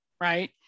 right